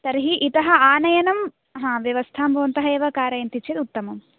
तर्हि इतः आनयनं व्यवस्थां भवन्तः एव कारयन्ति चेत् उत्तमम्